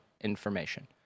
information